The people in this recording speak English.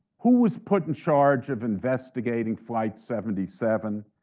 who was put in charge of investigating flight seventy seven,